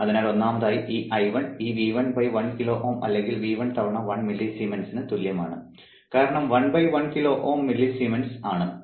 അതിനാൽ ഒന്നാമതായി ഈ I1 ഈ V1 1 കിലോ Ω അല്ലെങ്കിൽ V1 തവണ 1 മില്ലിസീമെൻസിന് തുല്യമാണ് കാരണം 1 1 കിലോ Ω 1 മില്ലിസീമെൻസ് ആണ്